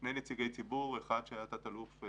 שני נציגי ציבור, אחד שהיה תת אלוף,